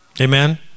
Amen